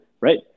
Right